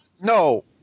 no